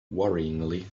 worryingly